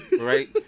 right